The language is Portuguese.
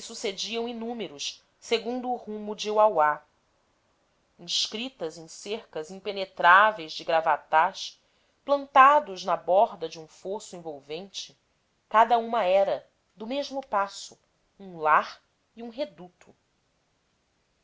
se sucediam inúmeros segundo o rumo de uauá inscritas em cercas impenetráveis de gravatás plantados na borda de um fosso envolvente cada uma era do mesmo passo um lar e um reduto